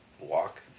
walk